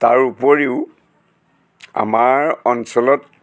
তাৰোপৰিও আমাৰ অঞ্চলত